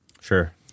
Sure